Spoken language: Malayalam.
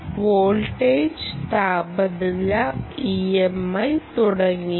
വോൾട്ടേജ് താപനില EMI തുടങ്ങിയവ